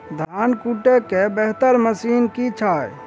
धान कुटय केँ बेहतर मशीन केँ छै?